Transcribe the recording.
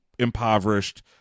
impoverished